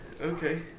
Okay